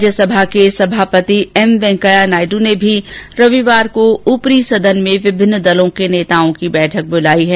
राज्यसभा के सभापति एम वेंकैया नायडू ने भी रविवार को ऊपरी सदन में विभिन्न दलों के नेताओं की बैठक बुलाई है